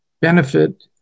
benefit